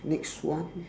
next one